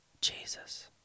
Jesus